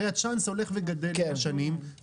הרי הצ'אנס הולך וגדל עם השנים,